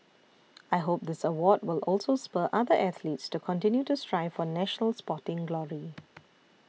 I hope this award will also spur other athletes to continue to strive for national sporting glory